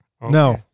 No